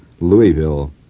Louisville